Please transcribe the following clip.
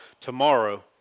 tomorrow